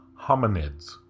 hominids